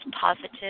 positive